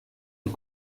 est